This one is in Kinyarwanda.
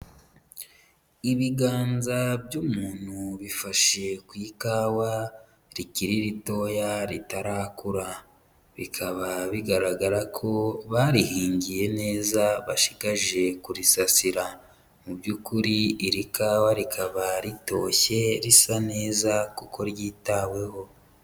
Ibiganza by'umuntu bifashe ku ikawa rikiri ritoya ritarakura, bikaba bigaragara ko barihingiye neza bashigaje kurisasira, mu by'ukuri iri kawa rikaba ritoshye risa neza kuko ryitaweho.